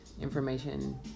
information